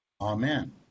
Amen